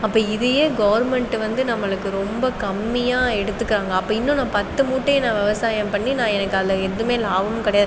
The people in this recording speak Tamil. அப்போது இதையே கவெர்மெண்ட் வந்து நம்மளுக்கு ரொம்ப கம்மியாக எடுத்துகிறாங்க அப்போது இன்னும் நான் பத்து மூட்டையை நான் விவசாயம் பண்ணி நான் எனக்கு அதில் எதுவுமே லாபமும் கிடயாது